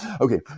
Okay